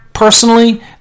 personally